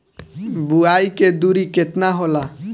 बुआई के दुरी केतना होला?